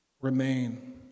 remain